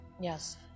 Yes